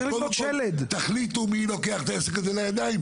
אבל קודם כול תחליטו מי לוקח את העסק הזה לידיים